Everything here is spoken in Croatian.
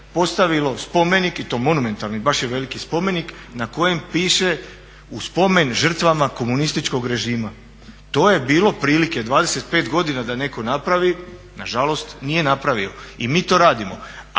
postavilo spomenik i to monumentalni, baš je veliki spomenik na kojem piše u spomen žrtvama komunističkog režima. To je bilo prilike 25 godina da netko napravi, na žalost nije napravio i mi to radimo.